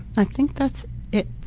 i think that's it.